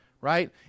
right